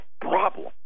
problem